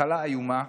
מחלה איומה,